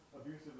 abusive